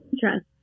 trust